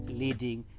leading